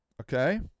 okay